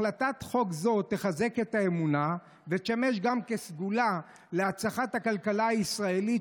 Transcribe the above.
הצעת חוק זו תחזק את האמונה ותשמש גם כסגולה להצלחת הכלכלה הישראלית,